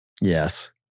Yes